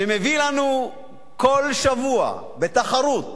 שמביא לנו כל שבוע, תחרות של,